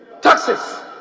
taxes